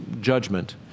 judgment